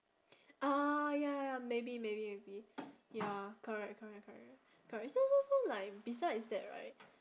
ah ya maybe maybe maybe ya correct correct correct correct so so so like besides that right